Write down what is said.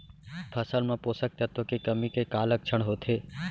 फसल मा पोसक तत्व के कमी के का लक्षण होथे?